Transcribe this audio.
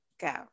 go